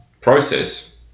process